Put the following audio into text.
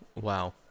Wow